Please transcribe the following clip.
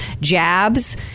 jabs